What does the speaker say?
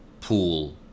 pool